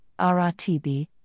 RRTB